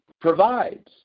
provides